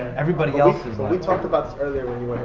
everybody else is but we talked about this earlier when you